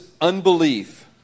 Unbelief